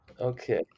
Okay